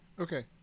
Okay